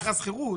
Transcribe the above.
במהלך השכירות?